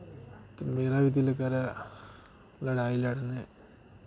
ते मेरा बी दिल करै लड़ाई लड़ने ई